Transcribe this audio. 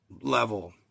level